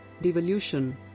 Devolution